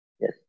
yes